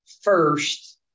First